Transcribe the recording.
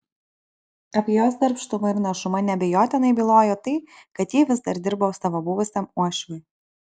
apie jos darbštumą ir našumą neabejotinai bylojo tai kad ji vis dar dirbo savo buvusiam uošviui